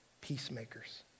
peacemakers